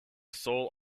sole